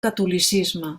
catolicisme